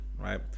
right